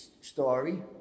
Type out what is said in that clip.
story